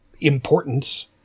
importance